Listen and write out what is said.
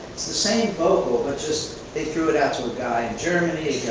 it's the same vocal, but just, they threw it out to a guy in germany,